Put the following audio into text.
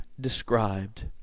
described